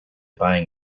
buying